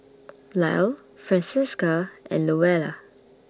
Lyle Francisca and Louella